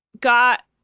got